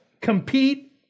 compete